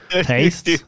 taste